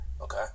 Okay